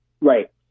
Right